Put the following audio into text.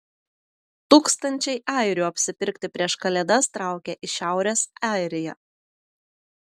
tūkstančiai airių apsipirkti prieš kalėdas traukia į šiaurės airiją